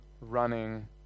running